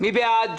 מי בעד?